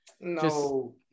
no